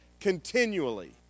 continually